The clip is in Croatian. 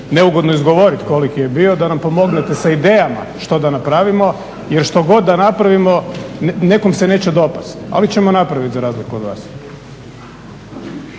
neugodno izgovoriti koliki je bio da nam pomognete sa idejama što da napravimo jer što god da napravimo nekom se neće dopasti ali ćemo napraviti za razliku od vas.